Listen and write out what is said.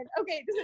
okay